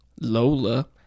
Lola